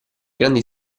grandi